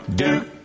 duke